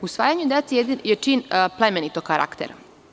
Usvajanje dece je čin plemenitog karaktera.